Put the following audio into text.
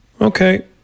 Okay